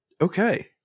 Okay